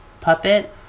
puppet